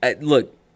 Look